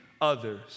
others